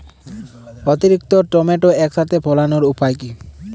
অতিরিক্ত টমেটো একসাথে ফলানোর উপায় কী?